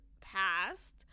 passed